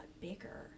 bigger